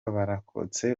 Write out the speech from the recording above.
barokotse